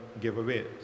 giveaways